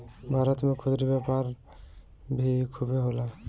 भारत में खुदरा व्यापार भी खूबे होला